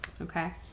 Okay